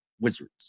Wizards